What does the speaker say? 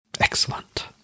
Excellent